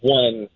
one